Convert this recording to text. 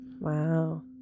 Wow